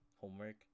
homework